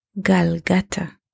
Galgata